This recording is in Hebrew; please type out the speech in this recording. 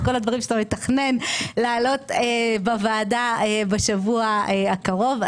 כל הדברים שאתה מתכנן להעלות בוועדה בשבוע הקרוב.